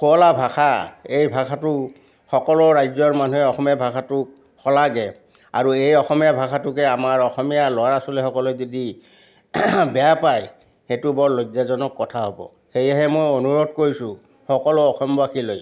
শুৱলা ভাষা এই ভাষাটো সকলো ৰাজ্যৰ মানুহে অসমীয়া ভাষাটোক সলাগে আৰু এই অসমীয়া ভাষাটোকে আমি আমাৰ অসমীয়া ল'ৰা ছোৱালীসকলে যদি বেয়া পায় সেইটো বৰ লজ্জাজনক কথা হ'ব সেয়েহে মই অনুৰোধ কৰিছোঁ সকলো অসমবাসীলৈ